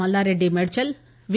Mallareddy Medchal వి